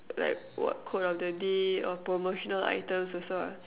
like what code of the day or promotional items also lah